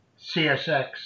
CSX